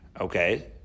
Okay